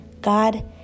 God